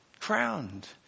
crowned